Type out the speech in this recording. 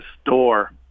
store